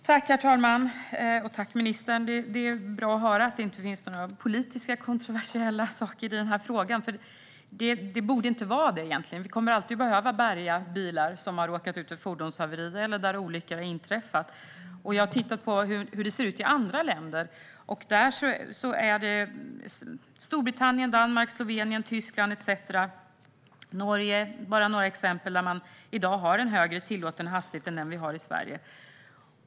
Herr talman! Det är bra att höra att det inte finns några politiskt kontroversiella saker i denna fråga. Det borde inte finnas det. Vi kommer alltid att behöva bärga bilar när det inträffat fordonshaverier eller olyckor. Jag har tittat på hur det ser ut i andra länder. Storbritannien, Danmark, Slovenien, Tyskland och Norge är bara några exempel där man i dag har en högre tillåten hastighet än den vi har i Sverige.